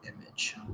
image